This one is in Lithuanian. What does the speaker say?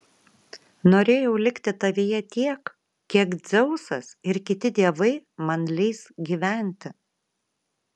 norėjau likti tavyje tiek kiek dzeusas ir kiti dievai man leis gyventi